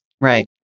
Right